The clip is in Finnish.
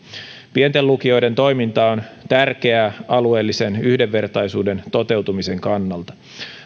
pienten lukioiden toiminta on tärkeää alueellisen yhdenvertaisuuden toteutumisen kannalta